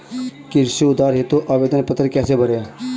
कृषि उधार हेतु आवेदन पत्र कैसे भरें?